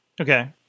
Okay